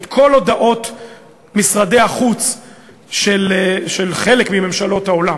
את כל הודעות משרדי החוץ של חלק מממשלות העולם,